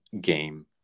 game